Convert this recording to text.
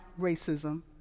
racism